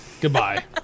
Goodbye